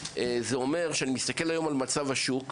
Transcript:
זה אומר שאני מסתכל היום על מצב השוק,